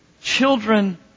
children